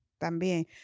también